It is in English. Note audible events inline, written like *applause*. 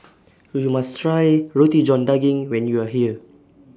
*noise* YOU must Try Roti John Daging when YOU Are here